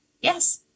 Yes